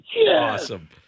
Awesome